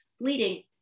bleeding